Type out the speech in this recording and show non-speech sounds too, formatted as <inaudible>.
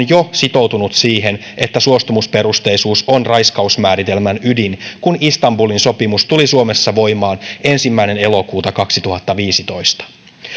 <unintelligible> jo sitoutui siihen että suostumusperusteisuus on raiskausmääritelmän ydin kun istanbulin sopimus tuli suomessa voimaan ensimmäinen elokuuta kaksituhattaviisitoista